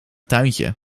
tuintje